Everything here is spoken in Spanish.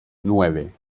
nueve